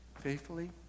faithfully